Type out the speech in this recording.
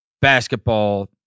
basketball